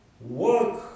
Work